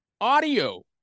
audio